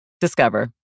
Discover